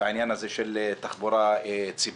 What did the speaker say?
בעניין הזה של תחבורה ציבורית.